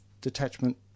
detachment